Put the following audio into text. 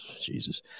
Jesus